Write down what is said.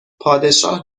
پادشاه